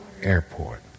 Airport